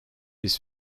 his